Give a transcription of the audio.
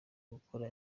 bakora